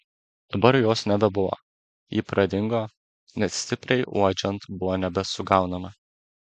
dabar jos nebebuvo ji pradingo net stipriai uodžiant buvo nebesugaunama